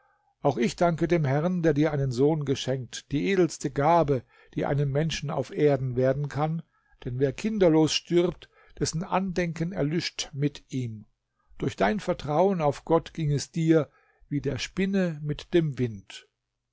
auch ich danke dem herrn der dir einen sohn geschenkt die edelste gabe die einem menschen auf erden werden kann denn wer kinderlos stirbt dessen andenken erlischt mit ihm durch dein vertrauen auf gott ging es dir wie der spinne mit dem wind